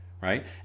Right